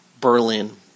Berlin